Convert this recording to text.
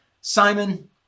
Simon